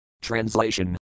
Translation